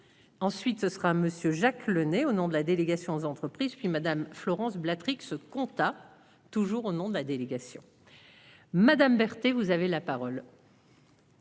Ensuite ce sera monsieur Jacques Le Nay au nom de la délégation aux entreprises puis Madame Florence. Ce compta toujours au nom de la délégation. Madame Berthe et vous avez la parole.